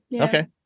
Okay